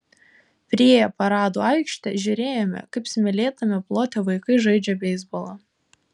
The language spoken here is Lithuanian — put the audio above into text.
priėję paradų aikštę žiūrėjome kaip smėlėtame plote vaikai žaidžia beisbolą